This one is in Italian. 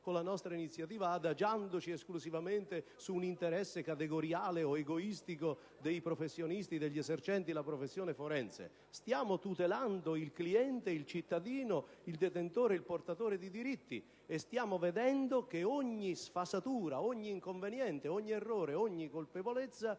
con la nostra iniziativa adagiandoci esclusivamente su un interesse categoriale o egoistico degli esercenti la professione forense: stiamo tutelando il cliente ed il cittadino, il detentore e il portatore di diritti, e stiamo cercando di far sì che ogni sfasatura, ogni inconveniente, ogni errore, ogni colpevolezza